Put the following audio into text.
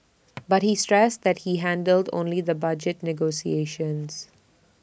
but he stressed that he handled only the budget negotiations